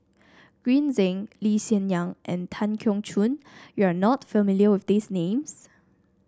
Green Zeng Lee Hsien Yang and Tan Keong Choon you are not familiar with these names